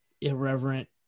irreverent